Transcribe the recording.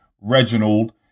Reginald